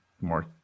more